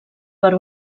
per